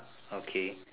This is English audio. okay